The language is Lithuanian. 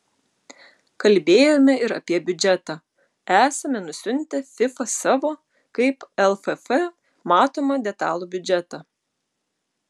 kalbėjome ir apie biudžetą esame nusiuntę fifa savo kaip lff matomą detalų biudžetą